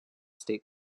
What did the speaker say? state